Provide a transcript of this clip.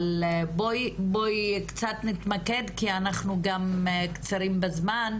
אבל בואי קצת נתמקד כי אנחנו גם קצרים בזמן,